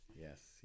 Yes